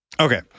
Okay